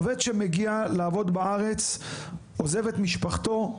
עובד שמגיע לעבוד בארץ עוזב את משפחתו,